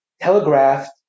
telegraphed